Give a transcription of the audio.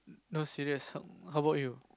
no serious how bout you